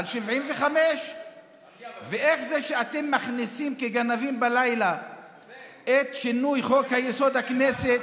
על 75. ואיך זה שאתם מכניסים כגנבים בלילה את שינוי חוק-יסוד: הכנסת,